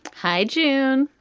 hi, june.